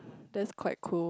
that's quite cool